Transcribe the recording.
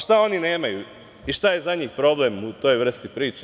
Šta oni nemaju i šta je za njih problem u toj vrsti priče?